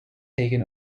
taken